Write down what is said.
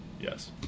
Yes